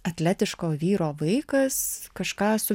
atletiško vyro vaikas kažką su